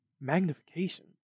Magnification